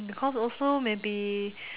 because also may be